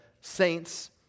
saints